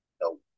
no